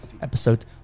episode